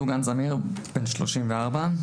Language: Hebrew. בן 34,